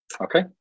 okay